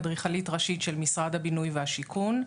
אדריכלית ראשית של משרד הבינוי והשיכון.